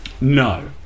No